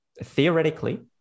theoretically